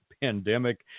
pandemic